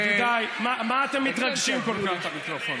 היא מתביישת עכשיו.